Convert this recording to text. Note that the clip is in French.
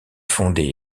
fondé